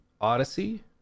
Odyssey